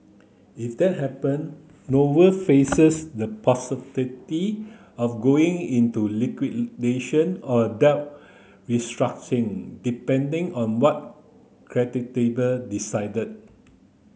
if that happen Noble faces the possibility of going into liquidation or a debt restructuring depending on what decide